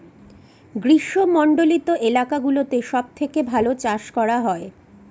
গ্রীষ্মমন্ডলীত এলাকা গুলোতে সব থেকে ভালো চাষ করা হয়